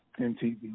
MTV